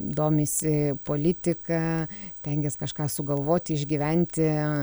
domisi politika stengias kažką sugalvoti išgyventi